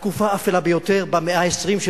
התקופה האפלה ביותר של האמריקנים